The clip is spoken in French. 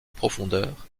profondeur